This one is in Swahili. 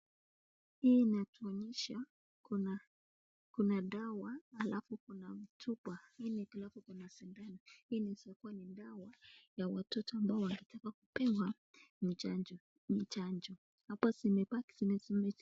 Hii inatuonyesha kuna, kuna dawa alafu kuna mtupa. Hili ni kama alafu kuna sindano. Hii ni kama ni dawa ya watoto ambao wangetaka kupewa michanjo, michanjo. Hapo zimebaki